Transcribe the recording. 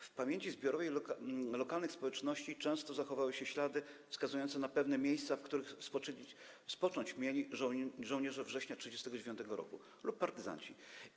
W pamięci zbiorowej lokalnych społeczności często zachowały się ślady wskazujące na pewne miejsca, w których spocząć mieli żołnierze Września ’39 lub partyzanci.